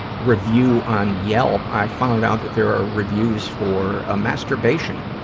review on yelp. i found out that there are reviews for, ah, masturbation.